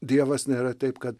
dievas nėra taip kad